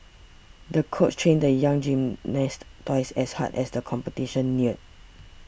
the coach trained the young gymnast twice as hard as the competition neared